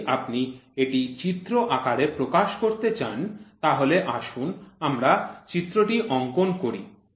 যদি আপনি এটি চিত্র আকারে প্রকাশ করতে চান তাহলে আসুন আমরা চিত্রটি অঙ্কন করি